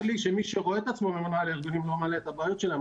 צר לי שמי שרואה את עצמו ממונה על הארגונים לא מעלה את הבעיות שלהם,